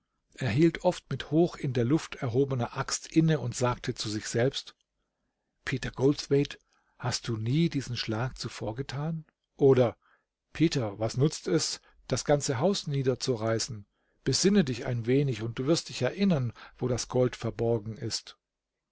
hielt oft mit hoch in der luft erhobener axt inne und sagte zu sich selbst peter goldthwaite hast du nie diesen schlag zuvor getan oder peter was nutzt es das ganze haus niederzureißen besinne dich ein wenig und du wirst dich erinnern wo das gold verborgen ist